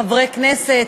חברי הכנסת,